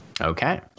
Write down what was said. Okay